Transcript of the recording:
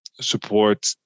support